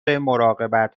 مراقبت